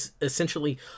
essentially